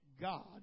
God